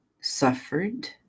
suffered